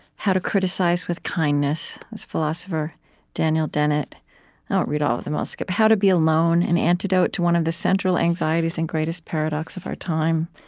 how to criticize with kindness that's philosopher daniel dennett. i won't read all of them i'll skip. how to be alone an antidote to one of the central anxieties and greatest paradoxes of our time.